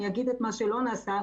אני אגיד מה שלא נעשה,